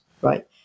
Right